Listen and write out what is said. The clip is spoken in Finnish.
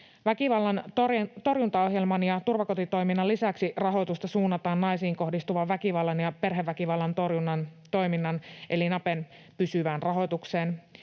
Väkivallan torjuntaohjelman ja turvakotitoiminnan lisäksi rahoitusta suunnataan naisiin kohdistuvan väkivallan ja perheväkivallan torjunnan toiminnan eli NAPEn pysyvään rahoitukseen,